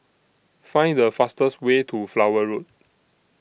Find The fastest Way to Flower Road